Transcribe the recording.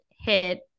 hit